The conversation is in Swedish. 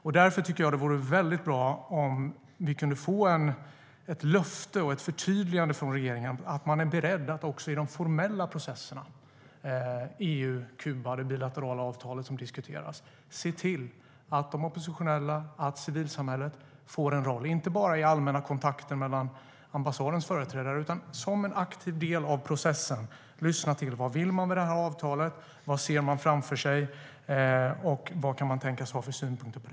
Jag tycker därför att det vore väldigt bra om vi kunde få ett löfte och ett förtydligande från regeringen att man är beredd att se till att de oppositionella och civilsamhället får en roll också i de formella processerna när det gäller EU, Kuba och det bilaterala avtal som diskuteras, inte bara i allmänna kontakter mellan ambassadföreträdare utan att man som en aktiv del i processen lyssnar till vad de vill med avtalet, vad de ser framför sig och vad de kan tänkas ha för synpunkter.